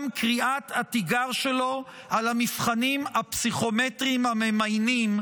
קריאת התיגר שלו על המבחנים הפסיכומטריים הממיינים,